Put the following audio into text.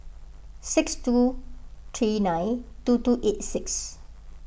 six two three nine two two eight six